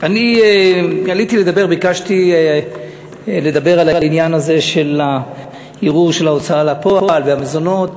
אני ביקשתי לדבר על העניין הזה של הערעור בנושא ההוצאה לפועל והמזונות,